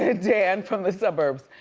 ah dan from the suburbs,